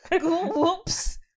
Whoops